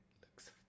looks